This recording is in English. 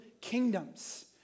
kingdoms